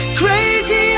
crazy